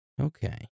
Okay